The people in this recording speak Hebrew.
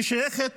ששייכת